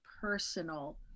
personal